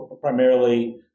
primarily